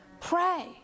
Pray